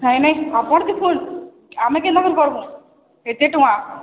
ନାଇଁ ନାଇଁ ଆପଣ ବି ଫୁଲ ଆମେ କେନ୍ତା ପୁଣି କରବୁ ଏତେ ଟଙ୍କା